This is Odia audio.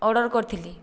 ଅର୍ଡ଼ର କରିଥିଲି